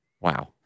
Wow